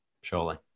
surely